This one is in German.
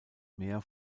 mehr